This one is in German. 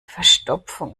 verstopfung